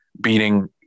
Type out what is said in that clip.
beating